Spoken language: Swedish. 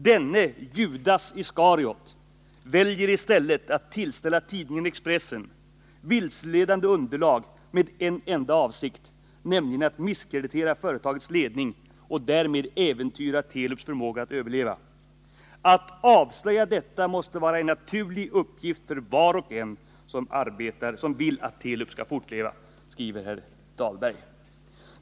Denna ”Judas Iskariot” väljer i stället att tillställa tidningen Expressen vilseledande underlag med en enda avsikt, nämligen att misskreditera företagets ledning och därmed äventyra Telubs förmåga att överleva. Att avslöja detta måste vara en naturlig uppgift för var och en som vill att Telub skall fortleva”, skriver herr Dahlberg.